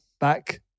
back